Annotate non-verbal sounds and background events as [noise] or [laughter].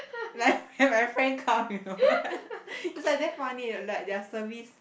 like [breath] when my friend come you know [laughs] it's like damn funny you know like their service